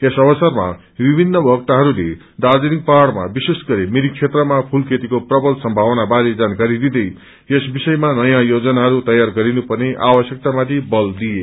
यस अवसरमा विभिन्न वक्ताहरूले दार्जीलिङ पहाड़मा विशेष गरी मिरिक क्षेत्रमा फूलखेतीको प्रबल संभावना बारे जानकारी दिँदै यस विषयमा नयाँ योजनाहरू तैार गरिनु पर्ने आवश्यकता माथि बल दिए